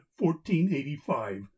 1485